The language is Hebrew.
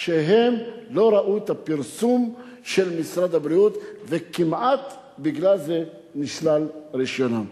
שהם לא ראו את הפרסום של משרד הבריאות ובגלל זה כמעט נשלל רשיונם.